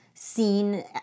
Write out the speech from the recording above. seen